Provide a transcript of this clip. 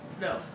No